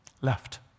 left